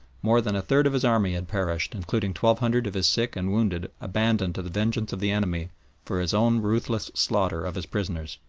more than a third of his army had perished, including twelve hundred of his sick and wounded abandoned to the vengeance of the enemy for his own ruthless slaughter of his prisoners.